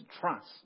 trust